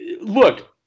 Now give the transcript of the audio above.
look